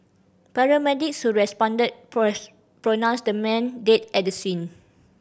paramedics who responded pronounced the man at the scene